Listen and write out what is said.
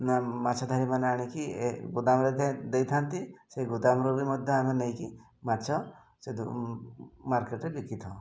ନା ମାଛ ଧରି ମାନେ ଆଣିକରି ଗୋଦାମରେ ଦେଇଥାନ୍ତି ସେଇ ଗୋଦାମରୁ ବି ମଧ୍ୟ ଆମେ ନେଇକରି ମାଛ ସେ ମାର୍କେଟ୍ରେ ବିକିଥାଉ